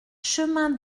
chemin